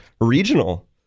regional